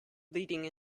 leading